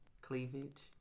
cleavage